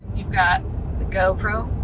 you've got the gopro.